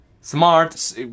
smart